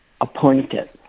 appointed